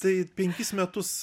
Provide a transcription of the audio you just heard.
tai penkis metus